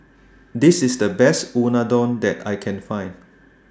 This IS The Best Unadon that I Can Find